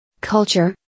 Culture